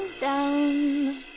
down